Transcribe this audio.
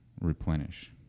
replenish